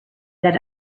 that